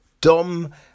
Dom